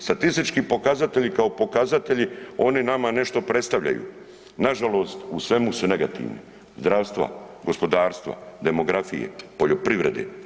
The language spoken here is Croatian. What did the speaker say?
Statistički pokazatelji kao pokazatelji oni nama nešto predstavljaju, nažalost u svemu su negativni, zdravstva, gospodarstva, demografije, poljoprivrede.